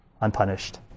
unpunished